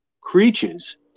creatures